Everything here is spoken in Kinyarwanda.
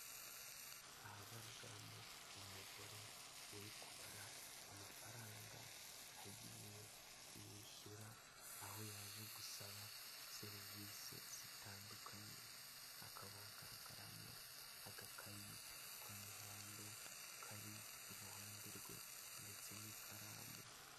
Ahagaragaramo umugore uri kubara amafaranga, agiye kuyishyura, aho yaje gusaba serivise zitandukanye, hakaba hagaragaramo, agakayi k'umuhondo kari iruhande rwe ndetse n'ikaramu.